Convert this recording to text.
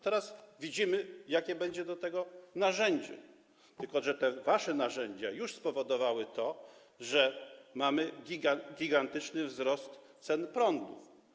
Teraz widzimy, jakie będzie do tego narzędzie, tylko że te wasze narzędzia już spowodowały to, że mamy gigantyczny wzrost cen prądu.